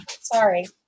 Sorry